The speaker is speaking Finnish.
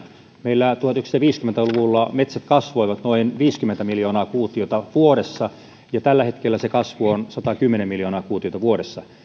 meillä tuhatyhdeksänsataaviisikymmentä luvulla metsät kasvoivat noin viisikymmentä miljoonaa kuutiota vuodessa ja tällä hetkellä se kasvu on satakymmentä miljoonaa kuutiota vuodessa